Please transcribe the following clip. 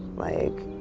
like,